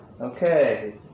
Okay